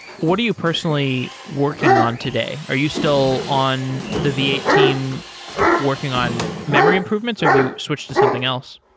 what are you personally working on today? are you still on the v eight team working on memory improvements or have you switched to something else?